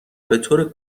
بطور